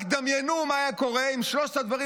רק דמיינו מה היה קורה אם שלושת הדברים